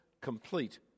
complete